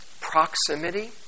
proximity